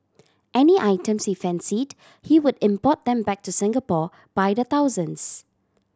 any items he fancied he would import them back to Singapore by the thousands